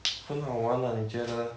很好玩 ah 你觉得